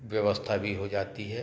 व्यवस्था भी हो जाती है